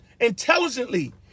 intelligently